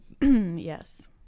yes